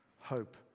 hope